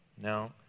Now